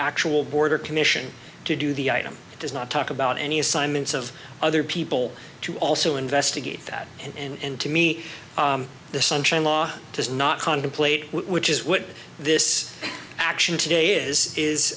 actual border commission to do the item does not talk about any assignments of other people to also investigate that and to me the sunshine law does not contemplate which is what this action today is is